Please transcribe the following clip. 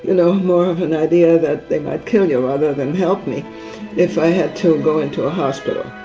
you know, more of an idea that they might kill you rather than help me if i had to go into a hospital.